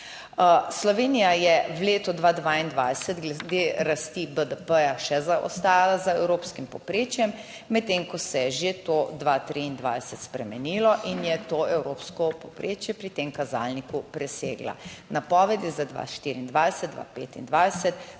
Slovenija je v letu 2022 glede rasti BDP še zaostajala za evropskim povprečjem, medtem ko se je že to 2023 spremenilo in je to evropsko povprečje pri tem kazalniku presegla napovedi za 2024, 2025